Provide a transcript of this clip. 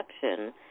perception